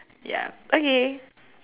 ya okay